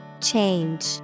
Change